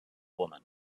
woman